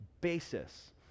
basis